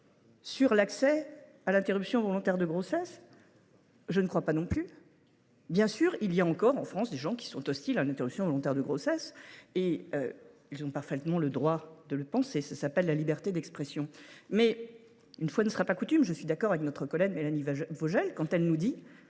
sur l’accès à l’interruption volontaire de grossesse ? Je ne crois pas non plus. Bien sûr, il y a encore en France des gens hostiles à l’interruption volontaire de grossesse. Ils ont parfaitement le droit de le penser,… Oui !… cela s’appelle la liberté d’expression. Une fois n’est pas coutume, je suis d’accord avec notre collègue Mélanie Vogel : oui, ils ont